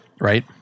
right